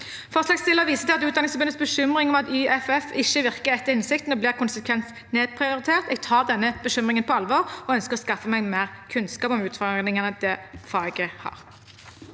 Forslagsstillerne viser til Utdanningsforbundets bekymring om at YFF ikke virker etter hensikten og blir konsekvent nedprioritert. Jeg tar denne bekymringen på alvor og ønsker å skaffe meg mer kunnskap om utfordringene det faget har.